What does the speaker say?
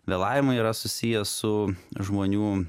vėlavimai yra susiję su žmonių